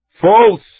False